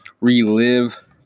relive